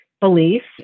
beliefs